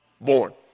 born